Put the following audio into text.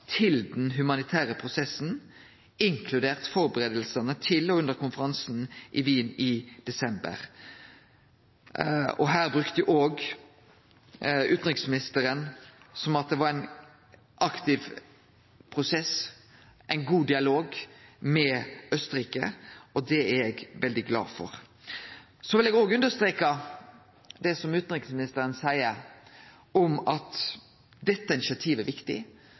til den humanitære prosessen, inkludert førebuingane til – og under – konferansen i Wien i desember. Her brukte utanriksministeren uttrykk som at det var ein aktiv prosess og ein god dialog med Austerrike, og det er eg veldig glad for. Så vil eg òg understreke det som utanriksministeren sa om at dette initiativet er viktig,